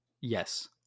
Yes